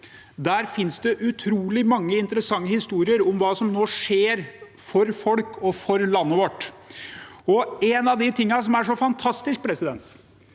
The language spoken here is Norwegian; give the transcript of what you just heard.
Der finnes det utrolig mange interessante historier om hva som nå skjer for folk og for landet vårt. En av de tingene som er så fantastisk, er at